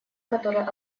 которые